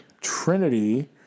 Trinity